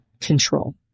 control